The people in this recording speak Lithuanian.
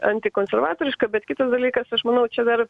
antikonservatoriška bet kitas dalykas aš manau čia dar